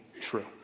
true